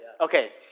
Okay